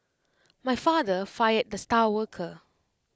my father fired the star worker